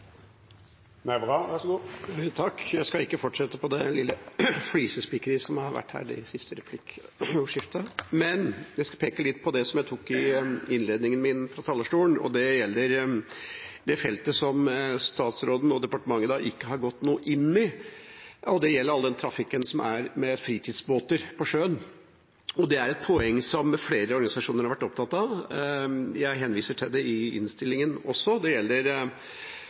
Jeg skal ikke fortsette på det lille flisespikkeriet som har vært i det siste replikkordskiftet, men peke på det som jeg tok for meg i innledningen min på talerstolen, og det gjelder det feltet som statsråden og departementet ikke har gått noe inn i. Det gjelder all den trafikken som er med fritidsbåter på sjøen. Det er et poeng som flere organisasjoner har vært opptatt av. Jeg henviser til det i innstillingen også. Det gjelder